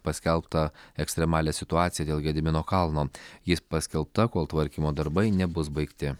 paskelbtą ekstremalią situaciją dėl gedimino kalno jis paskelbta kol tvarkymo darbai nebus baigti